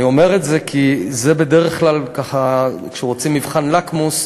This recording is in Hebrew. אני אומר את זה כי בדרך כלל כשרוצים מבחן לקמוס,